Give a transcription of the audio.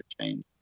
change